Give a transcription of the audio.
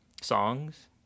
songs